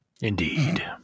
Indeed